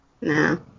no